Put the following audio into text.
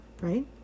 Right